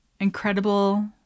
incredible